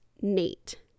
nate